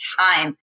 time